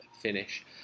finish